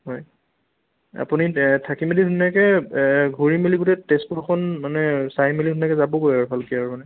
হয় আপুনি থাকি মেলি ধুনীয়াকে ঘূৰি মেলি গোটেই তেজপুৰখন মানে চাই মেলি ধুনীয়াকে যাবগৈ আৰু ভালকে আৰু মানে